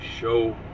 show